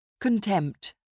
Contempt